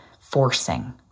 forcing